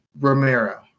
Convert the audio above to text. Romero